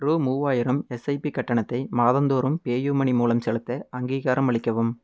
ரூ மூவாயிரம் எஸ்ஐபி கட்டணத்தை மாதந்தோறும் பேயூமனி மூலம் செலுத்த அங்கீகாரம் அளிக்கவும்